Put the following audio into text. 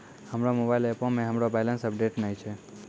हमरो मोबाइल एपो मे हमरो बैलेंस अपडेट नै छै